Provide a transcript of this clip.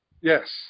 Yes